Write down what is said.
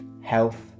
Health